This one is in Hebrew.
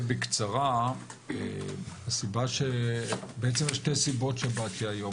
בקצרה, בעצם יש שתי סיבות שבאתי היום.